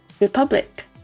Republic